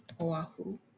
Oahu